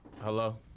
Hello